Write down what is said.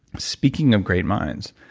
speaking of great minds,